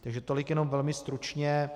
Takže tolik jenom velmi stručně.